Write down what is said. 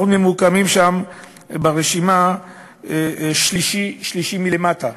אנחנו ממוקמים שם ברשימה במקום השלישי מלמטה,